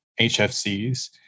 HFCs